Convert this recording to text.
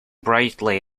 brightly